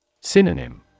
Synonym